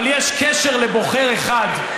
אבל יש קשר לבוחר אחד: